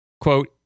quote